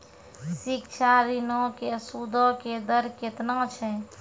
शिक्षा ऋणो के सूदो के दर केतना छै?